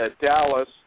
Dallas